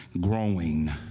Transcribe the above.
growing